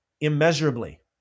immeasurably